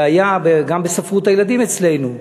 שהיה גם בספרות הילדים אצלנו,